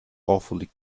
awfully